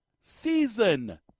season